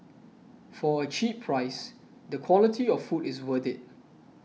for a cheap price the quality of food is worth it